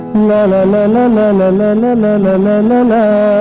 la la la la la la la la la la la la la